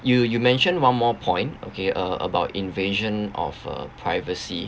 you you mentioned one more point okay uh about invasion of uh privacy